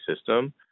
system